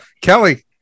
Kelly